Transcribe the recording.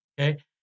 Okay